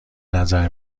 نظر